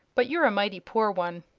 but you're a mighty poor one.